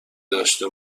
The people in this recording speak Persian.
داشته